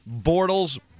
Bortles